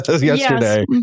yesterday